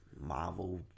marvel